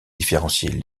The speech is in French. différencier